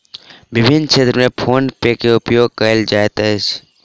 विभिन्न क्षेत्र में फ़ोन पे के उपयोग कयल जाइत अछि